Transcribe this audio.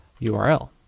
URL